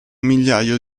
migliaio